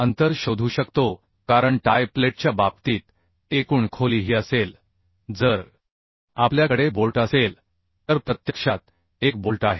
अंतर शोधू शकतो कारण टाय प्लेटच्या बाबतीत एकूण खोली ही असेल जर आपल्याकडे बोल्ट असेल तर प्रत्यक्षात एक बोल्ट आहे